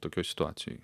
tokioj situacijoj